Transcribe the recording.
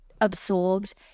absorbed